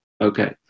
Okay